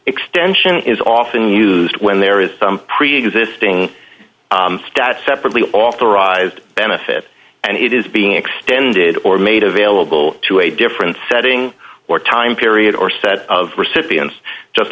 extension is often used when there is some preexisting status separately authorized benefit and it is being extended or made available to a different setting or time period or set of recipients just